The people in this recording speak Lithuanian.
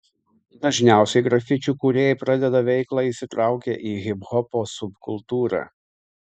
dažniausiai grafičių kūrėjai pradeda veiklą įsitraukę į hiphopo subkultūrą